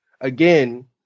again